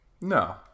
No